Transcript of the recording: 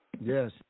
Yes